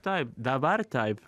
taip dabar taip